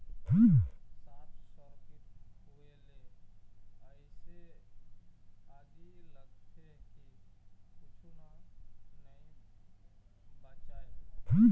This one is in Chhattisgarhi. सार्ट सर्किट होए ले अइसे आगी लगथे के कुछू ह नइ बाचय